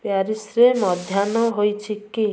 ପ୍ୟାରିସ୍ରେ ମଧ୍ୟାହ୍ନ ହୋଇଛି କି